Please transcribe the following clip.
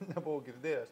nebuvau girdėjęs